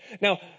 Now